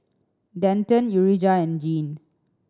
Denton Urijah and Jean